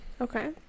Okay